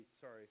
sorry